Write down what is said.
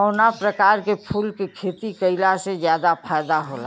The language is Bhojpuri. कवना प्रकार के फूल के खेती कइला से ज्यादा फायदा होला?